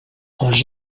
els